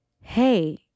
hey